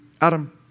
Adam